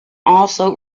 also